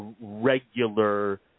regular